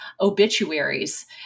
obituaries